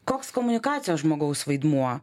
koks komunikacijos žmogaus vaidmuo